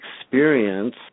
experience